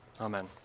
Amen